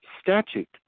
statute